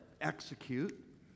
execute